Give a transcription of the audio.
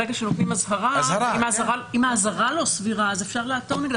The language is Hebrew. אם האזהרה לא סבירה אז אפשר לעתור נגדה,